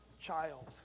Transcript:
child